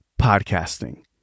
podcasting